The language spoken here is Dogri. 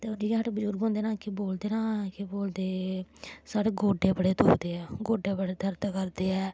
ते जि'यां साढ़े बजुर्ग होंदे ना कि बोलदे ना केह् बोलदे साढ़े गोडे बड़े दुखदे ऐ गोड्डे बड़े दर्द करदे ऐ